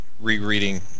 rereading